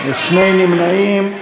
ושני נמנעים.